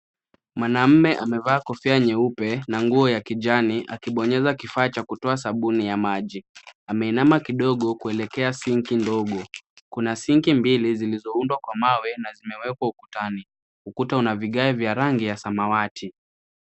Mwanaume amevaa kofia nyeupe na nguo ya kijani akibonyeza kifaa cha kutoa sabuni ya maji. Ameinama kidogo kuelekea sinki ndogo. Kuna sinki mbili zilizoundwa kwa mawe na zimewekwa ukutani. Ukuta una vigae vya rangi ya samawati.